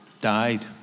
died